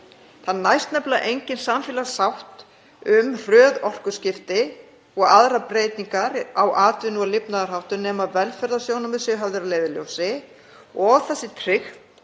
Það næst nefnilega engin samfélagssátt um hröð orkuskipti og aðrar breytingar á atvinnu- og lifnaðarháttum nema velferðarsjónarmið séu höfð að leiðarljósi og tryggt